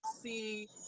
see